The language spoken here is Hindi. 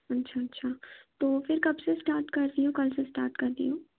अच्छा अच्छा तो फिर कब से स्टार्ट कर रही हो कल से स्टार्ट कर रही हो